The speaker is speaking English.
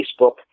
Facebook